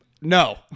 No